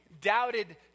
doubted